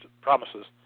promises